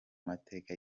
mateka